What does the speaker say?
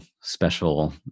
special